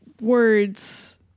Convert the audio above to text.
words